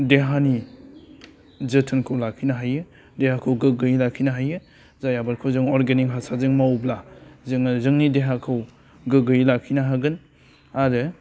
देहानि जोथोनखौ लाखिनो हायो देहाखौ गोग्गोयै लाखिनो हायो जाय आबादखौ जों अरगेनिक हासारजों मावोब्ला जोङो जोंनि देहाखौ गोग्गोयै लाखिनो हागोन आरो